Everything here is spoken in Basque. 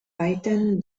baitan